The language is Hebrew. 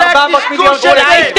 מה זה הקשקוש הזה?